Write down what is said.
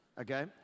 okay